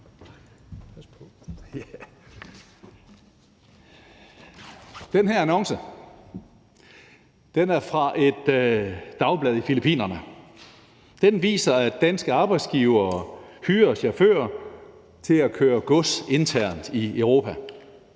Den her annonce er fra et dagblad i Filippinerne, og den viser, at danske arbejdsgivere hyrer chauffører til at køre gods internt i Europa.